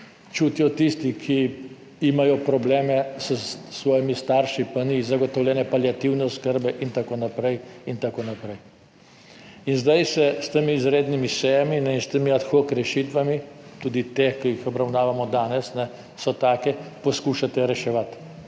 čutijo tisti, ki imajo probleme s svojimi starši, pa ni zagotovljene paliativne oskrbe in tako naprej in tako naprej. In zdaj se s temi izrednimi sejami in s temi ad hoc rešitvami, tudi te, ki jih obravnavamo danes, so take, poskušate reševati